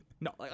No